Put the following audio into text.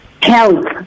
Health